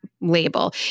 label